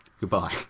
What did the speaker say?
Goodbye